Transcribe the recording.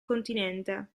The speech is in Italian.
continente